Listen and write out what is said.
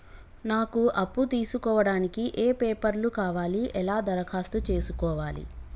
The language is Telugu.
నాకు అప్పు తీసుకోవడానికి ఏ పేపర్లు కావాలి ఎలా దరఖాస్తు చేసుకోవాలి?